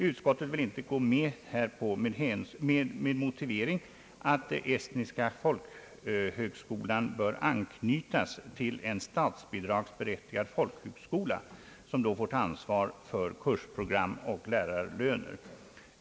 Utskottet vill inte biträda motionsyrkandet med motivering att Estniska folkhögskolan bör anknytas till en statsbidragsberättigad folkhögskola som då får ta ansvar för kursprogram och lärarlöner.